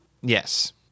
Yes